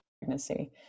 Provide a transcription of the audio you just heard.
pregnancy